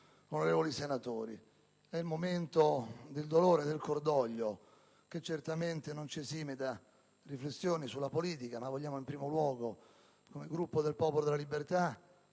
onorevoli senatori, è il momento del dolore e del cordoglio, che certamente non ci esime da riflessioni sulla politica. Come Gruppo del Popolo della Libertà